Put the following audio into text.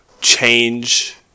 change